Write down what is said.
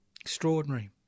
Extraordinary